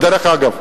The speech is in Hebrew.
דרך אגב,